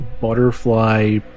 butterfly